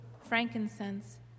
frankincense